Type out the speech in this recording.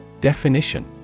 Definition